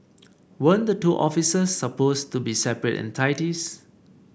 weren't the two offices supposed to be separate entities